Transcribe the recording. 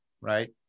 right